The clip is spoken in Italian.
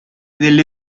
delle